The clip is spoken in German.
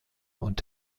und